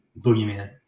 boogeyman